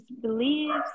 beliefs